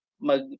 mag